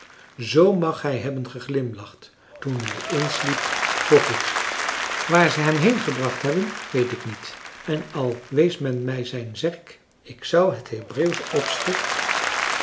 mag hij hebben geglimlacht toen hij insliep voorgoed waar ze hem heengebracht hebben weet ik niet en al wees men mij zijn zerk ik zou het hebreeuwsche